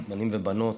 בנים ובנות,